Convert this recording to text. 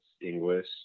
English